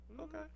Okay